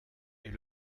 est